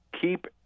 keep